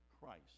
Christ